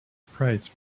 price